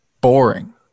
boring